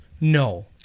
No